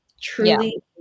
Truly